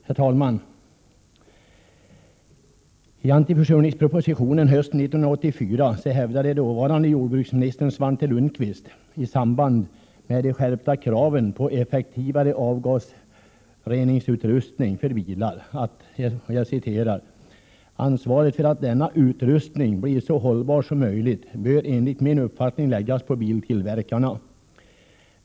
Herr talman! I ”anti”-försurningspropositionen hösten 1984 hävdade dåvarande jordbruksministern Svante Lundkvist i samband med de skärpta kraven på effektivare avgasreningsutrustning för bilar att ”ansvaret för att denna utrustning blir så hållbar som möjligt bör enligt min uppfattning läggas på biltillverkarna.